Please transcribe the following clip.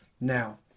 Now